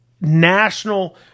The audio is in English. national